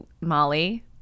Molly